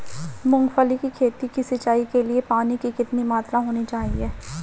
मूंगफली की खेती की सिंचाई के लिए पानी की कितनी मात्रा होनी चाहिए?